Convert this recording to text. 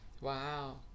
Wow